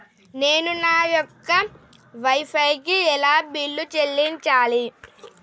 నేను నా యొక్క వై ఫై కి ఎలా బిల్లు చెల్లించాలి?